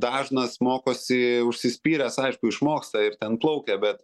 dažnas mokosi užsispyręs aišku išmoksta ir ten plaukia bet